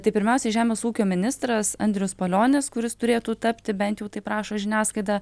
tai pirmiausiai žemės ūkio ministras andrius palionis kuris turėtų tapti bent jau taip rašo žiniasklaida